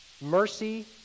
Mercy